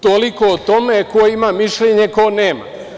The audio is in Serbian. Toliko o tome ko ima mišljenje, ko nema.